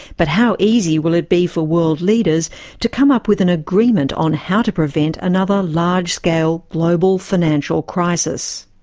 but how easy will it be for world leaders to come up with an agreement on how to prevent another large scale global financial crisis?